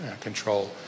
control